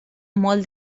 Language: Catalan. molt